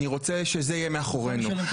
אני רוצה שזה יהיה מאחורינו.